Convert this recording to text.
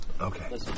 Okay